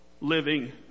living